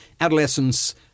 Adolescence